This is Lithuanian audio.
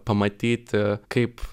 pamatyti kaip